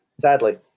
sadly